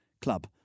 club